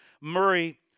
Murray